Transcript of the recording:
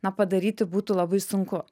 na padaryti būtų labai sunku